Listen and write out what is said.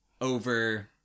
over